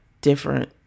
different